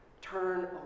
Turn